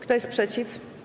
Kto jest przeciw?